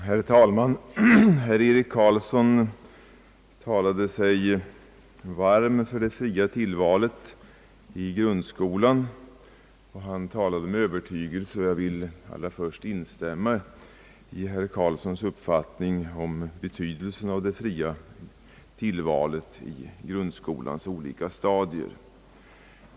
Herr talman! Herr Eric Carlsson talade sig varm för det fria tillvalet i grundskolan, och han gjorde det med övertygelse. Jag vill instämma i herr Carlssons uppfattning om betydelsen av det fria tillvalet på grundskolans olika stadier.